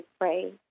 pray